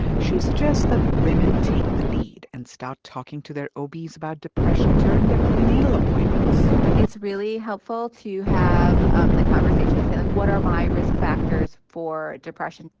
she suggests that women take the lead and start talking to their obs about depression during their prenatal appointments it's really helpful to have um the conversation, to say, like, what are my risk factors for depression?